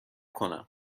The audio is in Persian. کنم